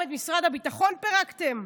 גם את משרד הביטחון פירקתם?